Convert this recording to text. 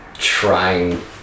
trying